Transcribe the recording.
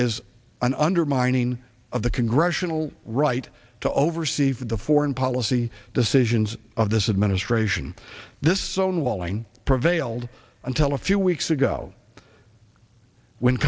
is an undermining of the congressional right to oversee the foreign policy decisions of this administration this only lolling prevailed until a few weeks ago when